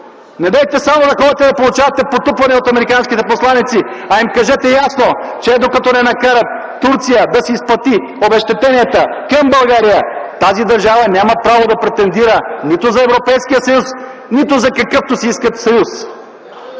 Недейте само да ходите да получавате потупвания от американските посланици, а им кажете ясно, че докато не накарат Турция да си изплати обезщетенията към България, тази държава няма право да претендира нито за Европейския съюз, нито за какъвто си иска съюз!